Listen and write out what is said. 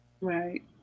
right